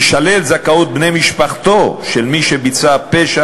תישלל זכאות בני משפחתו של מי שביצע פשע